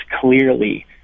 clearly